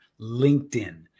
LinkedIn